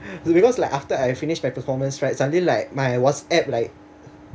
is because like after I finished my performance right suddenly like my WhatsApp like